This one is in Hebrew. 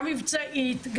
גם מבצעית.